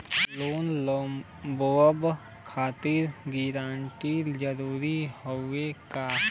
Loan लेवब खातिर guarantor जरूरी हाउ का?